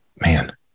Man